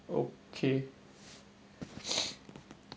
okay